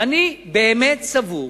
ואני באמת סבור